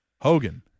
Hogan